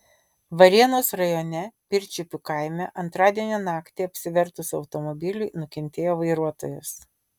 varėnos rajone pirčiupių kaime antradienio naktį apsivertus automobiliui nukentėjo vairuotojas